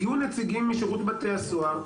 הגיעו נציגים משירות בתי הסוהר,